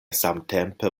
samtempe